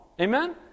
Amen